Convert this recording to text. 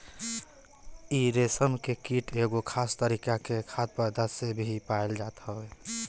इ रेशम के कीट एगो खास तरीका के खाद्य पौधा पे ही पालल जात हवे